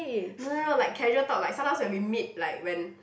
no no no like casual talk like sometimes when we meet like when